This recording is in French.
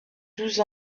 douze